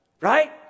right